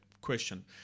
question